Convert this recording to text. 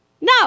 No